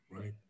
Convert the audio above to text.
right